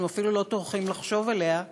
אנחנו אפילו לא טורחים לחשוב עליה,